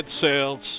sales